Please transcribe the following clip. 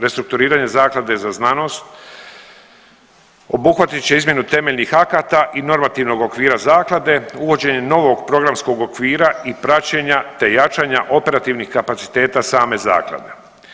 Restrukturiranje zaklade za znanost obuhvatit će izmjenu temeljnih akata i normativnog okvira zaklade uvođenjem novog programskog okvira i praćenja, te jačanja operativnih kapaciteta same zaklade.